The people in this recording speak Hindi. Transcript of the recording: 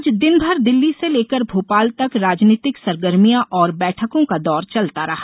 आज दिन भर दिल्ली से लेकर भोपाल तक राजनीतिक सरगर्मियां और बैठकों का दौर चलता रहा